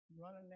running